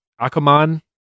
Akaman